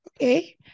Okay